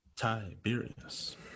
Tiberius